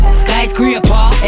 skyscraper